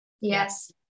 yes